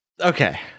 okay